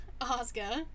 Oscar